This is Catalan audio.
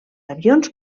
avions